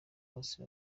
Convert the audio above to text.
bose